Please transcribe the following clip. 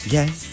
Yes